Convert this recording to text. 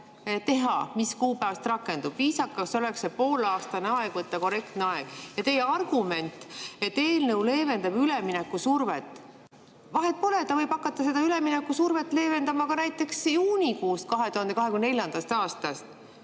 mis kuupäevast ta rakendub. Viisakas oleks võtta pooleaastane aeg, korrektne aeg. Teie argument on, et eelnõu leevendab üleminekusurvet. Vahet pole, ta võib hakata seda üleminekusurvet leevendama ka näiteks juunikuust 2024. Ja teie